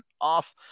off